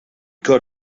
could